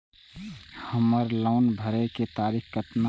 हमर लोन भरे के तारीख केतना ये?